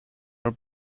her